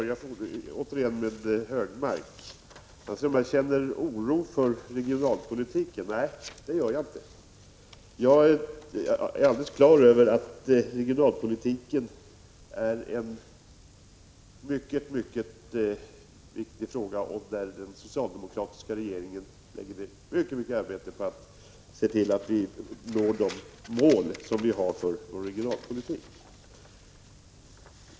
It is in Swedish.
Herr talman! Anders Högmark tror att jag känner oro för regionalpolitiken. Nej, det gör jag inte. Jag är alldeles klar över att regionalpolitiken är en mycket viktig fråga och att den socialdemokratiska regeringen lägger ned mycket arbete på att vi skall nå målen för vår regionalpolitik.